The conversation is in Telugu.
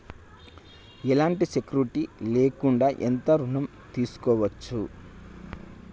ఎలాంటి సెక్యూరిటీ లేకుండా ఎంత ఋణం తీసుకోవచ్చు?